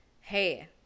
hey